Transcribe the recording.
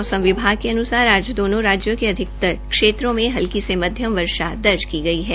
मौसम विभाग के अन्सार आज दोनों राज्यों के अधिकतर क्षेत्रों में हल्की से मध्यम वर्षा दर्ज की गई है